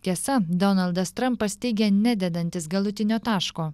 tiesa donaldas trampas teigia nededantis galutinio taško